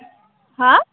हा